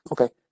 Okay